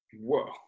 Whoa